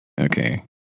okay